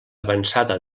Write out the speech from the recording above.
avançada